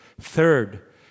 Third